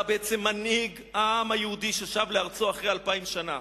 מנהיג העם היהודי ששב לארצו אחרי אלפיים שנה.